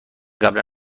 قبلا